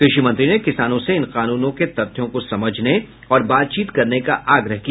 कृषि मंत्री ने किसानों से इन कानूनों के तथ्यों को समझने और बातचीत करने का आग्रह किया